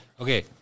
Okay